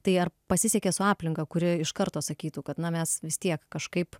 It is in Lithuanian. tai ar pasisekė su aplinka kuri iš karto sakytų kad na mes vis tiek kažkaip